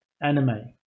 anime